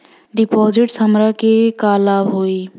डिपाजिटसे हमरा के का लाभ होई?